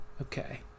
Okay